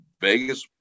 Vegas